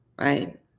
right